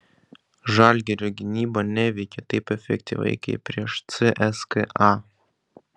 žalgirio gynyba neveikė taip efektyviai kaip prieš cska